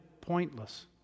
pointless